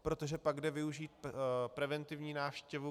Protože pak jde využít preventivní návštěvu.